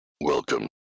welcome